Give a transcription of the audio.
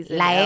la